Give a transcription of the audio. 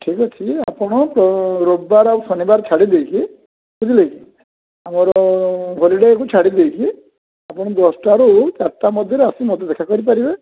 ଠିକ୍ ଅଛି ଆପଣ ରବିବାର ଆଉ ଶନିବାର ଛାଡ଼ି ଦେଇକି ବୁଝିଲେ କି ଆମର ହଲିଡ଼େକୁ ଛାଡ଼ି ଦେଇକି ଆପଣ ଦଶଟାରୁ ଚାରିଟା ମଧ୍ୟରେ ଆସି ମୋତେ ଦେଖା କରି ପାରିବେ